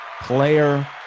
player